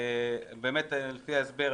לפי ההסבר,